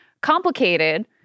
complicated